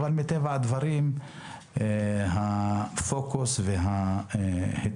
אבל מטבע הדברים הפוקוס וההתרכזות